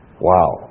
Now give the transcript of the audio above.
Wow